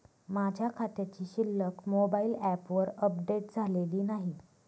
माझ्या खात्याची शिल्लक मोबाइल ॲपवर अपडेट झालेली नाही